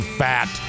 fat